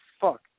fuck